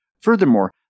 Furthermore